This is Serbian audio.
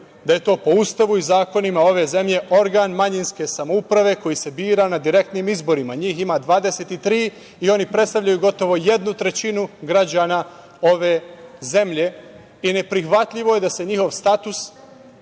da je to po Ustavu i zakonima ove zemlje organ manjinske samouprave koji se bira na direktnim izborima. Njih ima 23 i oni predstavljaju gotovo jednu trećinu građana ove zemlje i neprihvatljivo je da se njihov status